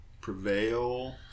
Prevail